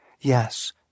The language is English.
Yes